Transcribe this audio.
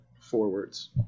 forwards